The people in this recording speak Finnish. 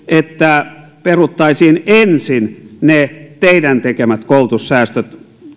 että peruttaisiin ensin ne teidän tekemänne koulutussäästöt